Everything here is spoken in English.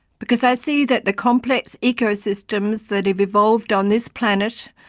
because i see that the complex ecosystems that have evolved on this planet,